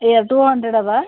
ಏ to hundred ಅದೆ